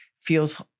feels